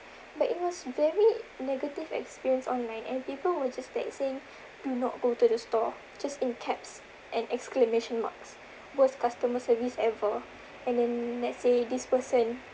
but it was very negative experience online and people were just like saying do not go to the store just in caps and exclamation marks worst customer service ever and then let's say this person